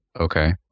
Okay